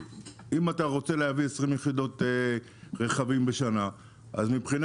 אם אתה רוצה להביא 20 יחידות רכבים בשנה אז מבחינה